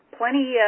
plenty